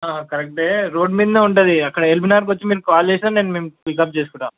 కరెక్టే రోడ్ మీదనే ఉంటుంది అక్కడ ఎల్బినగర్ కొచ్చి మీరు కాల్ చేసినా నేను మిమ్మల్ని పిక్అప్ చేసుకుంటా